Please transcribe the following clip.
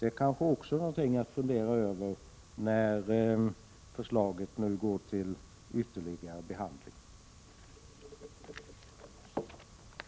Det är kanske också någonting att fundera över när förslaget nu går till ytterligare behandling.